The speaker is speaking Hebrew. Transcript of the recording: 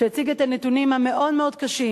הציג את הנתונים המאוד-מאוד קשים: